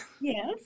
Yes